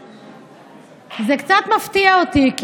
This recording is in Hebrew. וזה קצת מפתיע אותי.